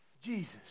Jesus